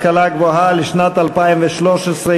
השכלה גבוהה (השכלה גבוהה,